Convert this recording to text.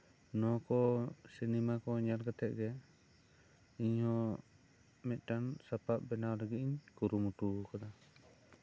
ᱱᱚᱣᱟ ᱠᱚ ᱥᱤᱱᱮᱢᱟ ᱠᱚ ᱧᱮᱞ ᱠᱟᱛᱮᱜ ᱜᱮ ᱤᱧ ᱦᱚᱸ ᱢᱤᱫᱴᱟᱝ ᱥᱟᱯᱟᱯ ᱵᱮᱱᱟᱣ ᱞᱟ ᱜᱤᱫ ᱤᱧ ᱠᱩᱨᱩᱢᱩᱴᱩ ᱠᱟᱫᱟ